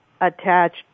attached